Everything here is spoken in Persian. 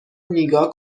نیگا